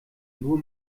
nur